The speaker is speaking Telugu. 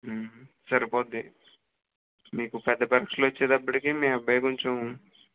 సరిపోతుంది మీకు పెద్ద పరీక్షలు వచ్చేటప్పడికి మీ అబ్బాయి కొంచెం